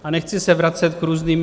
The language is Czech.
A nechci se vracet k různým...